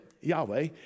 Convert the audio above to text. Yahweh